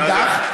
אדוני היושב-ראש,